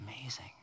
amazing